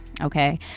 okay